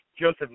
Joseph